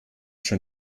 schon